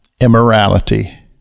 immorality